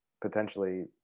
potentially